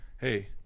hey